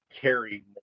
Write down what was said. carry